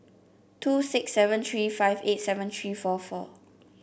two six seven three five eight seven three four four